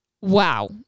wow